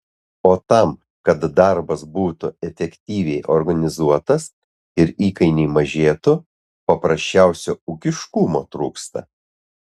o tam kad darbas būtų efektyviai organizuotas ir įkainiai mažėtų paprasčiausio ūkiškumo trūksta